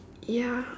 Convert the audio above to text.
ya